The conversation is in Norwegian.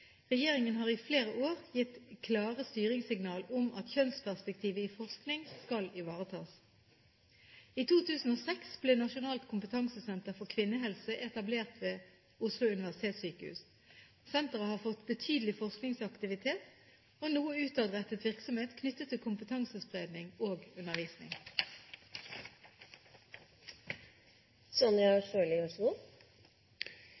Regjeringen har i flere år gitt klare styringssignaler om at kjønnsperspektivet i forskning skal ivaretas. I 2006 ble Nasjonalt kompetansesenter for kvinnehelse etablert ved Oslo universitetssykehus. Senteret har fått betydelig forskningsaktivitet og noe utadrettet virksomhet knyttet til kompetansespredning og undervisning.